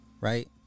right